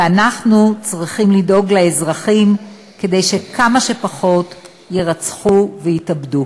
ואנחנו צריכים לדאוג לאזרחים כדי שכמה שפחות יירצחו ויתאבדו.